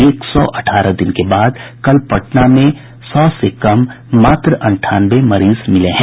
एक सौ अठारह दिन के बाद कल पटना में सौ से कम मात्र अंठानवे मरीज मिले हैं